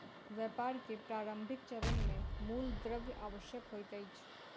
व्यापार के प्रारंभिक चरण मे मूल द्रव्य आवश्यक होइत अछि